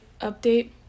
update